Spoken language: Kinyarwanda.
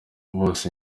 bose